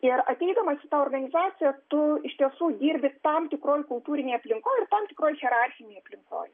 ir ateidamas į tą organizaciją tu iš tiesų dirbi tam tikroj kultūrinėj aplinkoj tam tikroj hierarchinėj aplinkoj